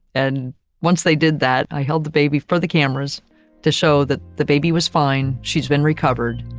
and once they did that, i held the baby for the cameras to show that the baby was fine, she's been recovered,